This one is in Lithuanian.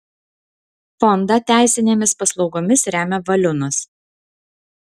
fondą teisinėmis paslaugomis remia valiunas